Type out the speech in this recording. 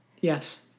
Yes